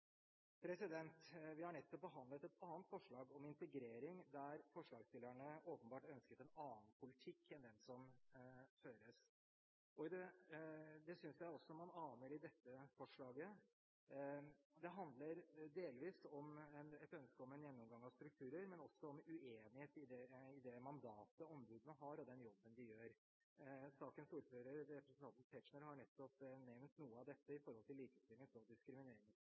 Vi har nettopp behandlet et annet forslag – om integrering – der forslagsstillerne åpenbart ønsket en annen politikk enn den som føres. Det synes jeg også man aner i dette forslaget. Det handler delvis om et ønske om en gjennomgang av strukturer, men også om uenighet i det mandatet ombudene har, og den jobben de gjør. Sakens ordfører, representanten Tetzshcner, har nettopp nevnt noe av dette i forbindelse med likestillings- og